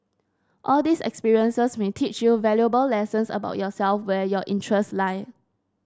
all these experiences may teach you valuable lessons about yourself and where your interests lie